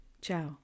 Ciao